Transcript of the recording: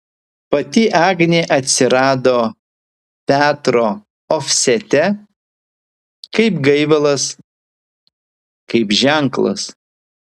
pati agnė atsirado petro ofsete kaip gaivalas kaip ženklas